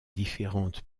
différentes